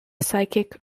psychic